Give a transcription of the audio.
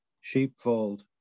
sheepfold